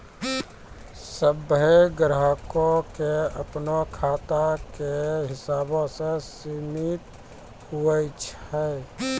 सभ्भे ग्राहको के अपनो खाता के हिसाबो से सीमित हुवै छै